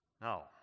Now